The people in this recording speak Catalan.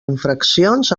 infraccions